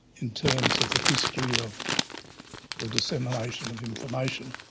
in terms of the history of the dissemination of information.